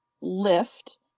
lift